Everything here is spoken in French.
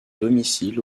domicile